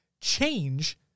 change